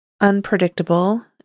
unpredictable